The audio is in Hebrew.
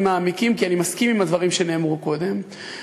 מעמיקים כי אני מסכים עם הדברים שנאמרו קודם,